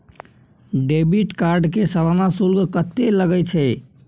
Debit card के सालाना शुल्क कत्ते लगे छै?